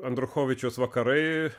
andruchovičius vakarai